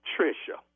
Trisha